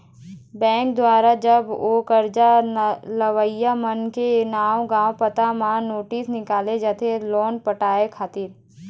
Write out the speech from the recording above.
bank दुवारा जब ओ करजा लेवइया मनखे के नांव गाँव पता म नोटिस निकाले जाथे लोन पटाय खातिर